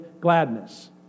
gladness